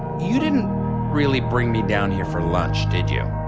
you didn't really bring me down here for lunch, did you?